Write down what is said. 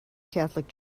catholic